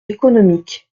économique